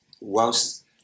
whilst